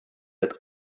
that